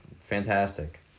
fantastic